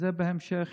זה בהמשך